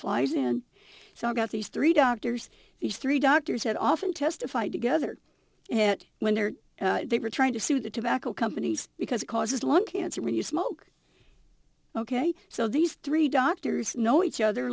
flies in so i've got these three doctors these three doctors had often testified together it when there they were trying to sue the tobacco companies because it causes lung cancer when you smoke ok so these three doctors know each other